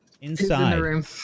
Inside